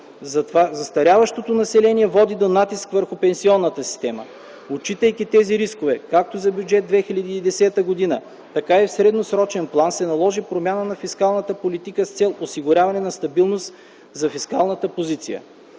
Застаряващото население води до натиск върху пенсионната система. Отчитайки тези рискове както пред Бюджет 2010 г., така и в средносрочен план, се наложи промяна във фискалната политика с цел осигуряване на стабилност за фискалната позиция.